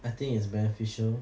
I think is beneficial